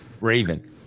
Raven